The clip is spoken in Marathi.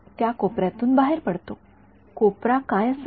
त्या कोपऱ्यातून बाहेर पडतो कोपरा काय असावा